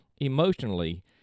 emotionally